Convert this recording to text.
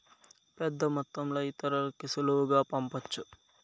పెద్దమొత్తంలో ఇతరులకి సులువుగా పంపొచ్చు